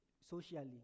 socially